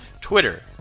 Twitter